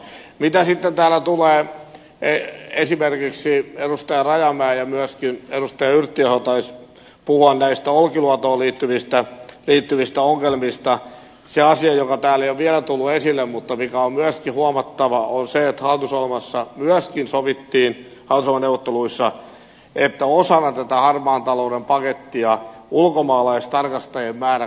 mitä sitten tulee esimerkiksi edustaja rajamäen esille ottamiin asioihin ja myöskin edustaja yrttiaho taisi puhua näistä olkiluotoon liittyvistä ongelmista se asia joka täällä ei vielä ole tullut esille mutta mikä on myöskin huomattava on se että hallitusohjelmaneuvotteluissa myöskin sovittiin että osana tätä harmaan talouden pakettia ulkomaalaistarkastajien määrä kaksinkertaistetaan